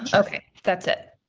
okay, that's it.